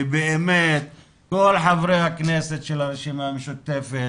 ובאמת כל חברי הכנסת של הרשימה המשותפת,